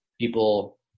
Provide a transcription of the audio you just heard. People